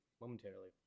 momentarily